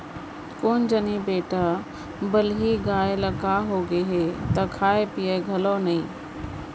कोन जनी बेटा बलही गाय ल का होगे हे त खात पियत घलौ नइये